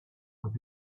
would